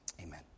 amen